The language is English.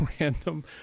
random